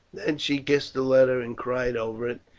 then she kissed the letter and cried over it,